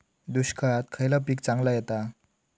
दुष्काळात खयला पीक चांगला येता?